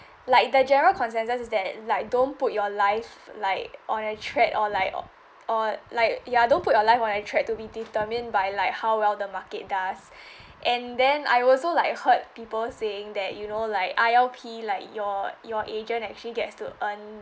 like the general consensus is that like don't put your life like on a thread or like or like ya don't put your life on a thread to be determined by like how well the market does and then I also like heard people saying that you know like I_L_P like your your agent actually gets to earn